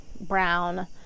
brown